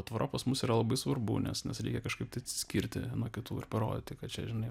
tvora pas mus yra labai svarbu nes reikia kažkaip tai atsiskirti nuo kitų ir parodyti kad čia žinai